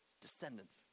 descendants